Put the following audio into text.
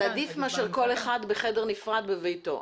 זה עדיף מאשר כל אחד בחדר נפרד בביתו.